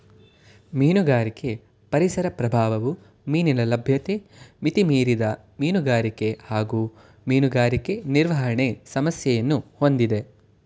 ಮೀನುಗಾರಿಕೆ ಪರಿಸರ ಪ್ರಭಾವವು ಮೀನಿನ ಲಭ್ಯತೆ ಮಿತಿಮೀರಿದ ಮೀನುಗಾರಿಕೆ ಹಾಗೂ ಮೀನುಗಾರಿಕೆ ನಿರ್ವಹಣೆ ಸಮಸ್ಯೆಯನ್ನು ಹೊಂದಿದೆ